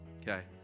Okay